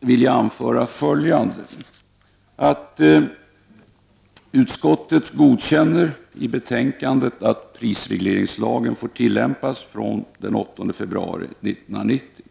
vill jag anföra följande. Utskottet godkänner i betänkandet att prisregleringslagen får tillämpas från den 8 februari 1990.